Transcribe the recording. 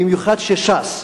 במיוחד שש"ס